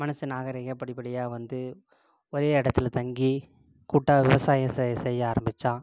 மனுஷன் நாகரிகம் படிபடியாக வந்து ஒரே இடத்துல தங்கி கூட்டாக விவசாயம் செய்ய செய்ய ஆரம்பித்தான்